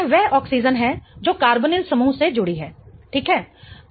यह वह ऑक्सीजन है जो कार्बोनिल समूह से जुड़ी है ठीक है